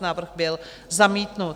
Návrh byl zamítnut.